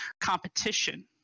competition